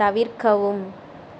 தவிர்க்கவும்